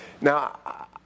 Now